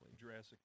Jurassic